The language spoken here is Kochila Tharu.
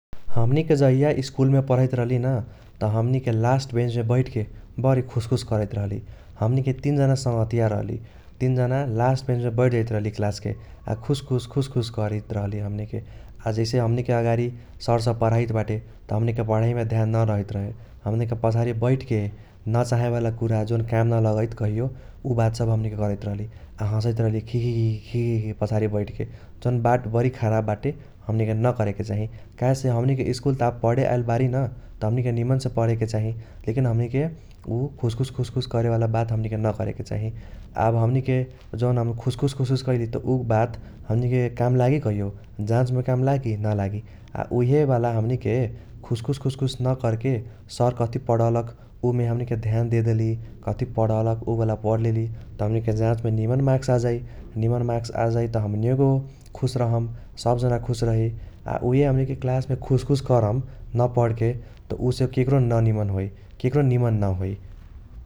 हमनीके जाहिया स्कूलमे पर्हैत रहली न त हमनीके लास्ट बेन्चमे बैठके बरी खुसखुस करैत रहली । हमनीके तीन जाना संगहतिया रहली, तीन जाना लास्ट बेन्चमे बैठ जाइत रहली क्लासके आ खुसखुस खुसखुस करैत रहली हमनीके । आ जैसे हमनीके आरारी सर सब पर्हाइत बाटे त हमनीके पर्हाइमे ध्यान न रहीत रहे । हमनीके पछारी बैठके न चाहेवाला कुरा जौन काम न लगैत कहियो उ बात सब हमनीके करैत रहली । आ हसैत रहली खिखिखिखि खिखिखिखि पछारी बैठके जौन बात बरी खराब बाटे हमनीके न करेके चाही काहेसे हमनीके स्कूल त आब पढे आइल बारी न त हमनीके निमनसे पढेके चाही । लेकिन हमनीके उ खुसखुस खुसखुस कारेवाला बात हमनीके न करेके चाही । आब हमनीके जौन हम खुसखुस खुसखुस कैली त उ बात हमनीके काम लागि कहियो, जाचमे काम लागि न लागि । आ उइहेबाला हमनीके खुसखुस खुसखुस न कर्के सर कथी पढलक उमे हमनीके ध्यान देदेली, कथी पढलक उबाला पढ़्लेली त हमनीके जाचमे निमन मार्क्स आजाइ । निमन मार्क्स आजाइ त हमणियोके खुस रहम सब जाना खुस रही। आ उइहे हमनीके क्लासमे खुसखुस करम न पढ़्के त उसे केक्रो न निमन होइ केक्रो निमन न होइ ।